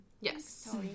Yes